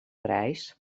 reis